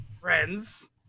friends